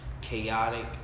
chaotic